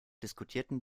diskutierten